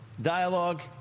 dialogue